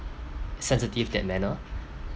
sensitive that manner